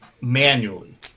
manually